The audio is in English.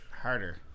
harder